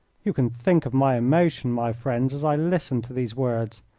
you can think of my emotion, my friends, as i listened to these words.